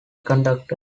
conductor